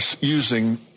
using